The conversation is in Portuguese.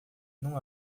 não